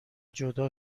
جدا